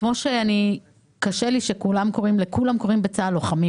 קשה לי שבצה"ל לכולם קוראים לוחמים.